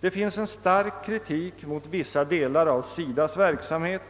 Det finns en stark kritik mot vissa delar av SIDA:s verksamhet.